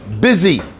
busy